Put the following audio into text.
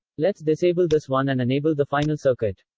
let's disable this one, and enable the final circuit.